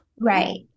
Right